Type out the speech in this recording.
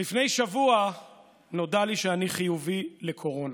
"לפני שבוע נודע לי שאני חיובי לקורונה.